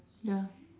ya